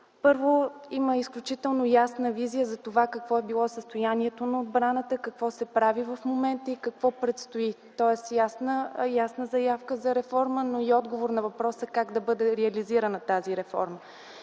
Първо, има изключително ясна визия какво е било състоянието на отбраната, какво се прави в момента и какво предстои, тоест ясна заявка за реформа, но и отговор на въпроса как да бъде реализирана тази реформа.